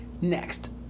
next